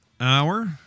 hour